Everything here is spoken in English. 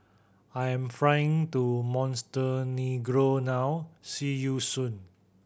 I am flying to Montenegro now see you soon